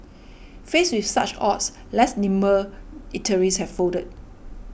faced with such odds less nimble eateries have folded